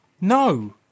no